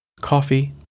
coffee